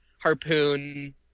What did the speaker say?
Harpoon